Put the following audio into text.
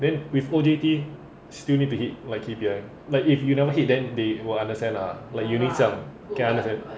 then with O_D_T still need to hit like K_P_I like if you never hit then they will understand lah like eunice 这样 can understand